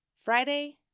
Friday